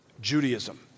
Judaism